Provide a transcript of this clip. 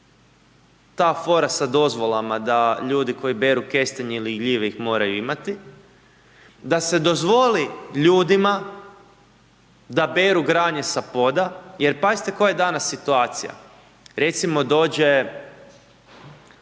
ta fora sa dozvolama, da ljudi koji beru kestenje ili gljive ih moraju imati, da se dozvoli ljudima da beru granje sa poda jer pazite koja je danas situacija, recimo dođe,